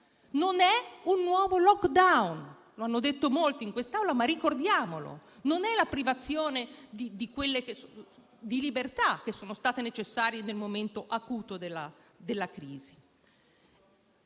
Non è un nuovo *lockdown*; lo hanno detto molti in quest'Aula, ma ricordiamolo: non è la privazione di libertà che è stata necessaria nel momento acuto della crisi.